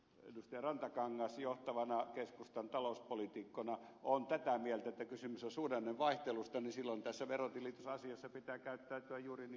rantakangas johtavana keskustan talouspoliitikkona on tätä mieltä että kysymys on suhdannevaihtelusta niin silloin tässä verotilitysasiassa pitää käyttäytyä juuri niin kuin ed